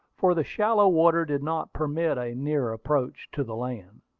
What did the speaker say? for the shallow water did not permit a near approach to the land.